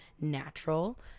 natural